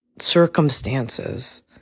circumstances